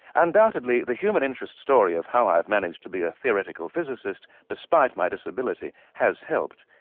undoubtedly, the human interest story of how i have managed to be a theoretical physicist despite my disability has helped.